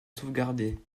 sauvegarder